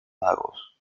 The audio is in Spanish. magos